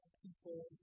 people